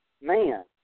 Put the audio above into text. man